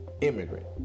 immigrant